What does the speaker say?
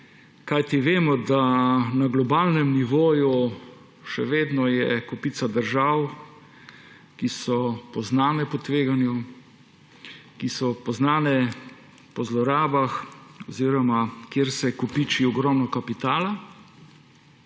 Kajti vemo, da je na globalnem nivoju še vedno kopica držav, ki so poznane po tveganju, ki so poznane po zlorabah oziroma kjer se kopiči ogromno kapitala.